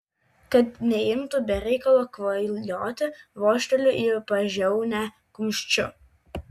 kad neimtų be reikalo kvailioti vožteliu į pažiaunę kumščiu